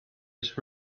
his